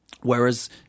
Whereas